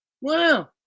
wow